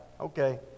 Okay